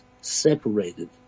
separated